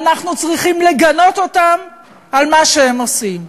ואנחנו צריכים לגנות אותם על מה שהם עושים.